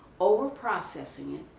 over processing it,